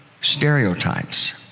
stereotypes